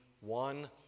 one